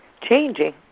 changing